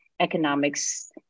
economics